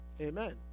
amen